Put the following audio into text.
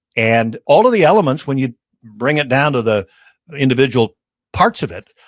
and all of the elements, when you bring it down to the individual parts of it,